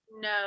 No